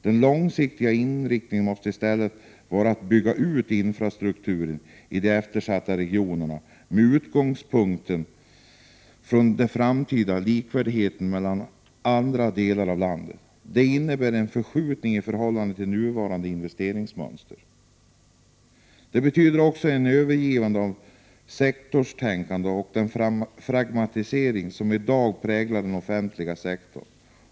Den långsiktiga inriktningen måste i stället vara att bygga ut infrastrukturen i de eftersatta regionerna med utgångspunkt i deras framtida likvärdighet med andra delar av landet. Det innebär en förskjutning i förhållande till nuvarande investeringsmönster. Det innebär också ett övergivande av det sektorstänkande och den fragmentisering som i dag präglar den offentliga sektorn.